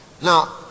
Now